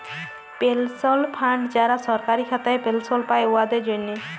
পেলশল ফাল্ড যারা সরকারি খাতায় পেলশল পায়, উয়াদের জ্যনহে